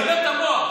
אתה מבלבל את המוח.